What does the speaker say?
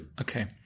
Okay